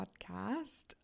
Podcast